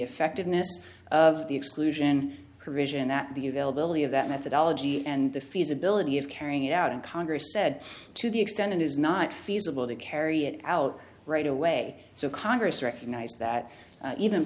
effectiveness of the exclusion provision that the availability of that methodology and the feasibility of carrying it out and congress said to the extent it is not feasible to carry it out right away so congress recognized that even